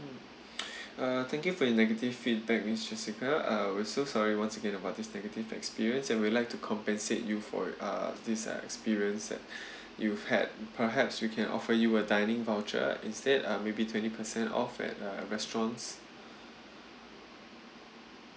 mm uh thank you for your negative feedback miss jessica uh we are so sorry once again about this negative experience and we would like to compensate you for uh this uh experience had you've had perhaps we can offer you a dining voucher instead uh maybe twenty percent off at our restaurants